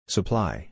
Supply